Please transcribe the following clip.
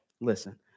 listen